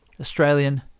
Australian